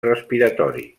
respiratori